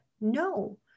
No